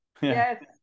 Yes